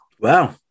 Wow